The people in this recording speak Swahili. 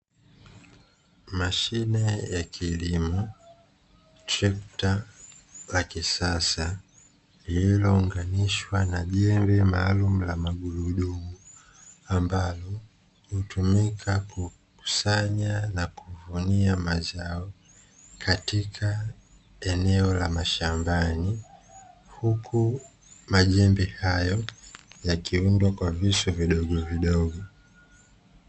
Mashine ya kilimo, trekta la kisasa lililounganishwa na jembe maalumu la magurudumu ambalo hutumika kukusanya na kuvunia mazao katika eneo la mashambani, huku majembe hayo yakiundwa kwa visu vidogo vidogo.